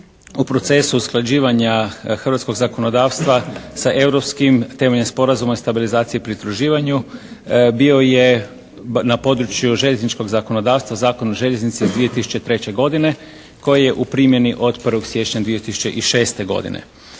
u procesu usklađivanja hrvatskog zakonodavstva sa europskim temeljem Sporazuma o stabilizaciji i pridruživanju bio je na području željezničkog zakonodavstva Zakon o željeznici iz 2003. godine koji je u primjeni od 1. siječnja 2006. godine.